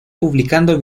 publicando